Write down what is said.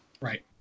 Right